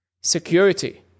security